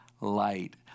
light